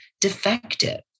defective